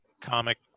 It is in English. comic